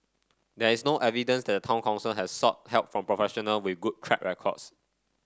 there is no evidence that the town council has sought help from professional with good track records